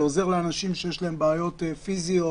זה עוזר לאנשים שיש להם בעיות פיזיות,